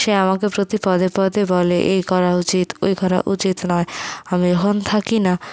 সে আমাকে প্রতি পদে পদে বলে এই করা উচিত ওই করা উচিত নয় আমি যখন থাকি না